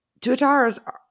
tuatara